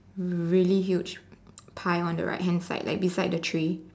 really huge pie on the right hand side like beside the tray